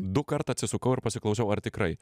dukart atsisukau ir pasiklausiau ar tikrai